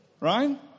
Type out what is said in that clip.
Right